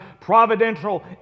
providential